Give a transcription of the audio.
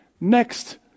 Next